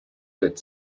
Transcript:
good